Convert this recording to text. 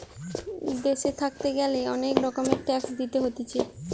দেশে থাকতে গ্যালে অনেক রকমের ট্যাক্স দিতে হতিছে